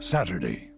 Saturday